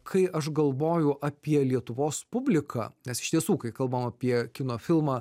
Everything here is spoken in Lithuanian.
kai aš galvoju apie lietuvos publiką nes iš tiesų kai kalbam apie kino filmą